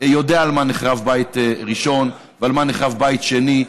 יודע על מה נחרב בית ראשון ועל מה נחרב בית שני,